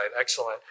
Excellent